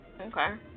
Okay